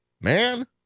Man